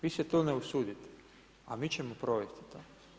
Vi se to ne usudite a mi ćemo provesti to.